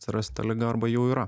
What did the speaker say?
atsirast ta liga arba jau yra